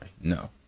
No